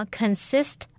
consist